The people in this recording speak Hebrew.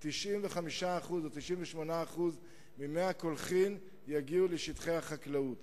95% או 98% ממי הקולחין יגיעו לשטחי החקלאות,